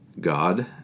God